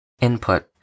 Input